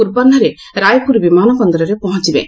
ପୂର୍ବାହ୍ବରେ ରାୟପୁର ବିମାନ ବନ୍ଦରରେ ପହଞ୍ ବେ